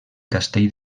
castell